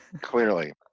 Clearly